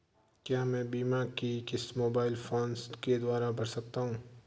क्या मैं बीमा की किश्त मोबाइल फोन के द्वारा भर सकता हूं?